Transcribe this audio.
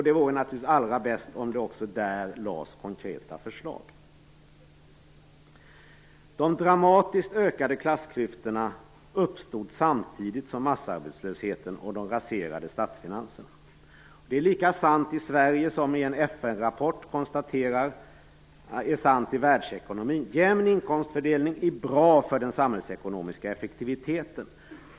Det vore naturligtvis allra bäst om det också på denna punkt lades fram konkreta förslag. De dramatiskt ökade klassklyftorna uppstod samtidigt som massarbetslösheten och de raserade statsfinanserna. Det är lika sant i Sverige, det som i en FN rapport konstateras vara sant i världsekonomin: Jämn inkomstfördelning är bra för den samhällsekonomiska effektiviteten.